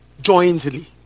jointly